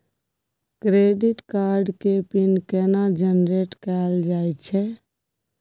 Credit card के PIN केना generate कैल जाए छै?